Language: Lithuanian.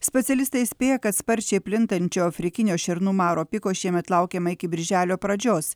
specialistai įspėja kad sparčiai plintančio afrikinio šernų maro piko šiemet laukiama iki birželio pradžios